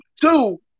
Two